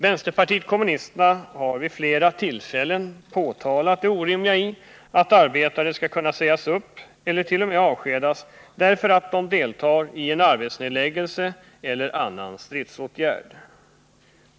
Vänsterpartiet kommunisterna har vid flera tillfällen påtalat det orimliga i att arbetare skall kunna sägas upp eller t.o.m. avskedas därför att de deltar i en arbetsnedläggelse eller annan stridsåtgärd.